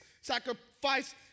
Sacrifice